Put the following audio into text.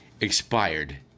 expired